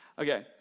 Okay